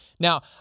Now